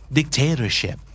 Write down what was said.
Dictatorship